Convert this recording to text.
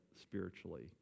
spiritually